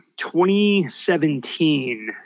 2017